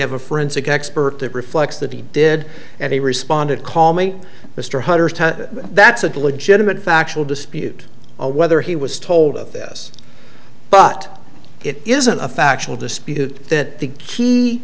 have a forensic expert that reflects that he did and he responded call me mr hunter's that's a diligent and factual dispute whether he was told of this but it isn't a factual dispute that the key